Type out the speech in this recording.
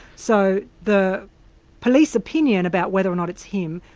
so the police opinion about whether or not it's him,